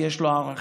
כי יש לו ערכים.